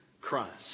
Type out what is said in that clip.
Christ